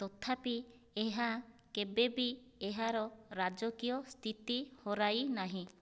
ତଥାପି ଏହା କେବେ ବି ଏହାର ରାଜକୀୟ ସ୍ଥିତି ହରାଇ ନାହିଁ